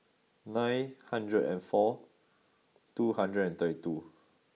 nine hundred and four two hundred and thirty two